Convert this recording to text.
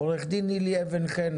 עורכת דין לילי אבן חן,